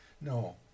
No